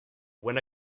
when